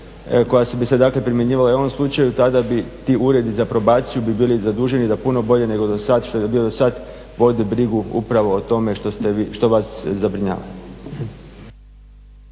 koja bi se dakle primjenjivala i u ovom slučaju tada bi ti uredi za probaciju bi bili zaduženi da puno bolje nego dosad, što je bilo dosad, vode brigu upravo o tome što vas zabrinjava.